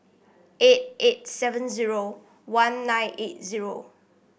eight eight seven zero one nine eight zero